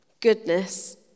goodness